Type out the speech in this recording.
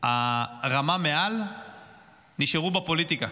ברמה מעל נשארו בפוליטיקה